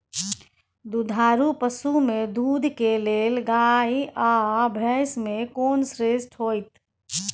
दुधारू पसु में दूध के लेल गाय आ भैंस में कोन श्रेष्ठ होयत?